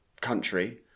country